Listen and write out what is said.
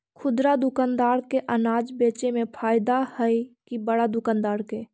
खुदरा दुकानदार के अनाज बेचे में फायदा हैं कि बड़ा दुकानदार के?